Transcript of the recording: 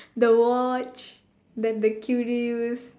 the watch the the cuties